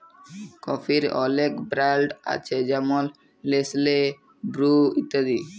কফির অলেক ব্র্যাল্ড আছে যেমল লেসলে, বুরু ইত্যাদি